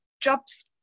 jobs